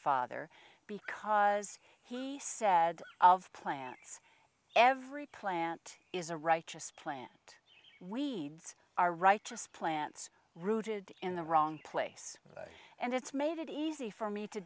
father because he said of plants every plant is a right just plant weeds are right just plants rooted in the wrong place and it's made it easy for me to